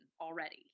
already